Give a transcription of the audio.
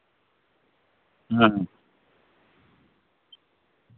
ᱦᱮᱸ ᱦᱮᱸ